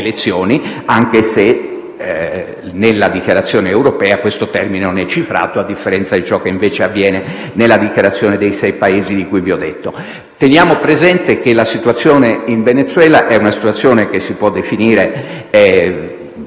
anche se nella dichiarazione europea questo termine non è cifrato, a differenza di ciò che, invece, avviene nella dichiarazione dei sei Paesi di cui vi ho detto. Teniamo presente che la situazione in Venezuela si può definire,